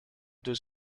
does